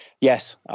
yes